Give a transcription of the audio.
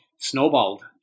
Snowballed